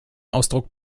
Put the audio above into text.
ausdruck